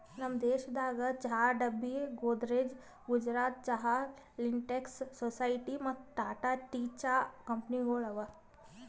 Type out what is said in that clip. ನಮ್ ದೇಶದಾಗ್ ಚಹಾ ಡಬ್ಬಿ, ಗೋದ್ರೇಜ್, ಗುಜರಾತ್ ಚಹಾ, ಲಿಂಟೆಕ್ಸ್, ಸೊಸೈಟಿ ಮತ್ತ ಟಾಟಾ ಟೀ ಚಹಾ ಕಂಪನಿಗೊಳ್ ಅವಾ